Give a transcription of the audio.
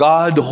God